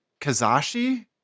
Kazashi